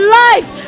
life